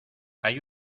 hay